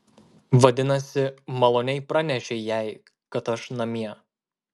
vadinasi maloniai pranešei jai kad aš namie